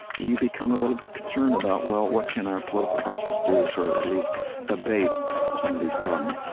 you become a little bit concerned about, well, what can our political process do to sort of at least abate some of these problems?